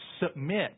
submit